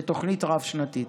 לתוכנית רב-שנתית.